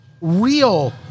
real